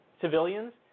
civilians